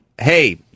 hey